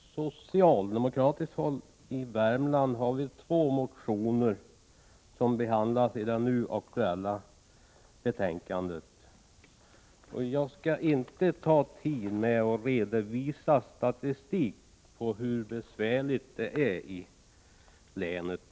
Herr talman! Vi socialdemokrater från Värmland har väckt två motioner, som behandlas i det nu aktuella betänkandet. Jag skall inte ta tid i anspråk för att redovisa statistik över hur besvärligt det är i länet.